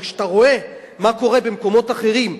וכשאתה רואה מה קורה במקומות אחרים,